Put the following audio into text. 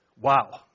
Wow